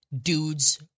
Dude's